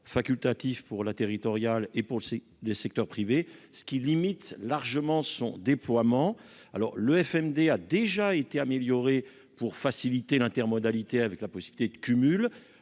facultatif pour la territoriale et pour c'est des secteurs privé, ce qui limite largement son déploiement alors le FM D a déjà été améliorée pour faciliter l'intermodalité avec la possibilité de cumul,